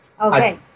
Okay